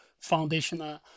foundational